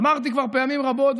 אמרתי כבר פעמים רבות,